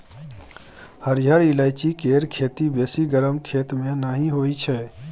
हरिहर ईलाइची केर खेती बेसी गरम खेत मे नहि होइ छै